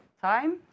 time